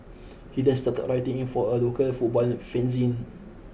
he then started writing a for a local football fanzine